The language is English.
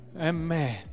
amen